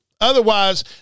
Otherwise